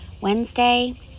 wednesday